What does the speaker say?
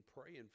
praying